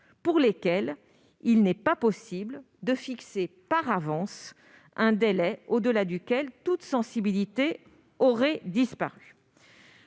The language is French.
pour lesquelles il n'est pas possible de fixer par avance un délai au-delà duquel toute sensibilité aurait disparu.